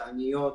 פאניות,